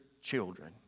children